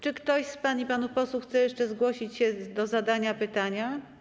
Czy ktoś z pań i panów posłów chce jeszcze zgłosić się do zadania pytania?